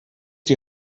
die